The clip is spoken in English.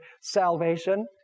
salvation